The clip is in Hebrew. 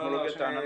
לא, לא.